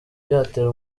byatera